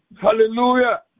Hallelujah